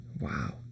Wow